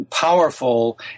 powerful